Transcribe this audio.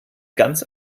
ganz